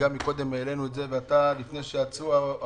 גם קודם העלינו את זה ולפני שנציגי האוצר